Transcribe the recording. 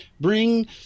bring